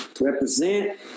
Represent